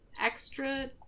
extra